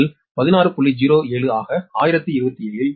07 ஆக 1027 இல் 160